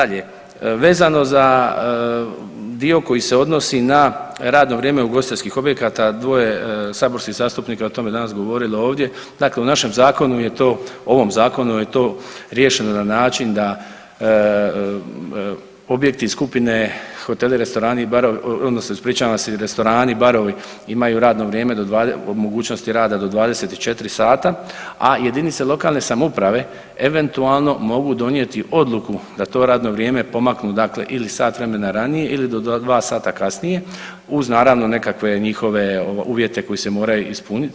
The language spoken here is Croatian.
Dalje, vezano za dio koji se odnosi na radno vrijeme ugostiteljskih objekata, dvoje saborskih zastupnika je o tome danas govorilo ovdje, dakle u našem zakonu je to, ovom zakonu je to riješeno na način da objekti skupine hoteli, restorani i barovi odnosno ispričavam se restorani i barovi imaju radno vrijeme do, o mogućnosti rada do 24 sata, a jedinice lokalne samouprave eventualno mogu donijeti odluku da to radno vrijeme pomaknu dakle ili sat vremena ranije ili do 2 sata kasnije uz naravno nekakve njihove uvjete koji se moraju ispuniti.